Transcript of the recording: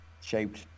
shaped